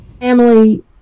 family